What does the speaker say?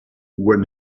when